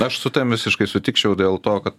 aš su tavim visiškai sutikčiau dėl to kad